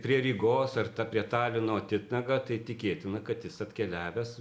prie rygos ar ta prie talino titnagą tai tikėtina kad jis atkeliavęs